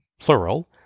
plural